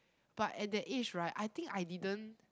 but at the edge right I think I didn't